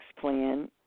plan